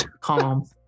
calm